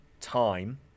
time